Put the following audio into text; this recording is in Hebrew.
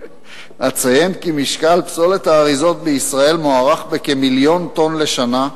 אציין כי משקל פסולת האריזות בישראל מוערך במיליון טונות לשנה,